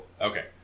Okay